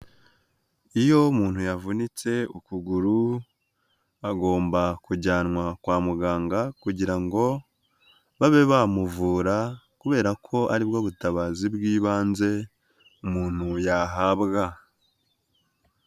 Iyo umuntu yavunitse ukuguru, agomba kujyanwa kwa muganga kugira ngo babe bamuvura kubera ko ari bwo butabazi bw'ibanze umuntu yahabwa.